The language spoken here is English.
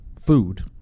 food